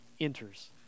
enters